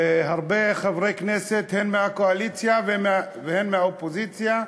והרבה חברי כנסת, הן מהקואליציה והן מהאופוזיציה,